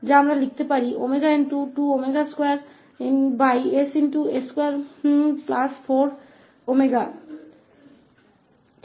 और फिर sin 2𝜔𝑡 का लैपलेस जो 2𝜔ss24𝜔2 है जिसे हम 2𝜔ss24𝜔2 की तरह लिख सकते हैं